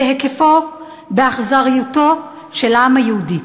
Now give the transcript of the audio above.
בהיקפו ובאכזריותו של העם היהודי?